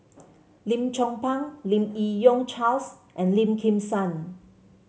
Lim Chong Pang Lim Yi Yong Charles and Lim Kim San